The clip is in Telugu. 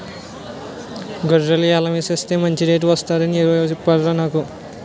గొర్రెల్ని యాలం ఎసేస్తే మంచి రేటు వొత్తదని ఎవురూ సెప్పనేదురా నాకు